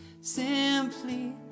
simply